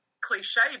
cliche